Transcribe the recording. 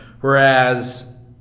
Whereas